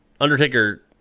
Undertaker